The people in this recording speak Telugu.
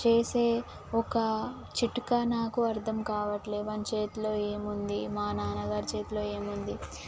చేసే ఒక చిటుక నాకు అర్థం కావట్లే వాని చేతిలో ఏమి ఉంది మా నాన్నగారి చేతిలో ఏం ఉంది